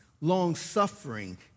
long-suffering